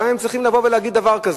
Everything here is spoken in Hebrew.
למה הם צריכים להגיד דבר כזה?